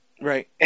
Right